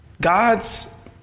God's